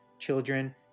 children